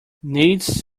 needs